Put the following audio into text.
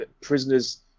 prisoners